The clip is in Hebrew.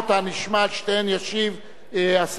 על שתיהן ישיב השר יצחק כהן.